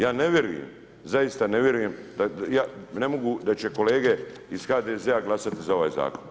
Ja ne vjerujem, zaista ne vjerujem, ja ne mogu, da će kolege iz HDZ-a glasati za ovaj Zakon.